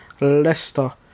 Leicester